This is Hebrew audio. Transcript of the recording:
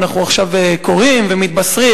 ועכשיו אנחנו קוראים ומתבשרים,